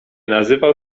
nazywał